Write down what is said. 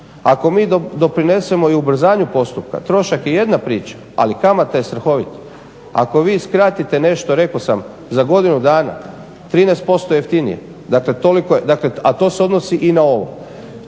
Ako mi doprinesemo i ubrzanju postupka, trošak je jedna priča ali kamata je strahovita. Ako vi skratite nešto rekao sam za godinu dana 13% jeftinije, dakle a to se odnosi i na ovo,